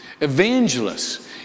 Evangelists